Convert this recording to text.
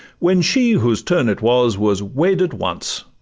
when she, whose turn it was, was wed at once,